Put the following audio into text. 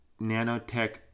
nanotech